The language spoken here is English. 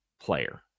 player